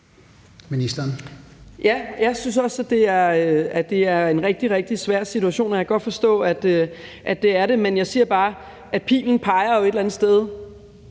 Andersen): Ja, jeg synes også, at det er en rigtig, rigtig svær situation, og jeg kan godt forstå, at det er det. Men jeg siger bare, at pilen jo et eller andet sted